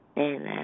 Amen